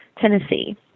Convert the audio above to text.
Tennessee